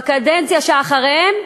בקדנציה שאחריהם.